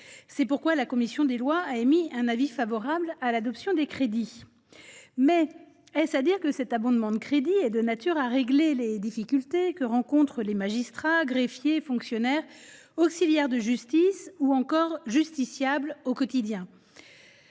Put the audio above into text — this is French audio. C’est pourquoi la commission des lois a émis un avis favorable à l’adoption des crédits. Est ce à dire que cet abondement est de nature à régler les difficultés que rencontrent les magistrats, greffiers, fonctionnaires, auxiliaires de justice ou encore justiciables au quotidien ?